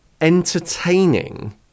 entertaining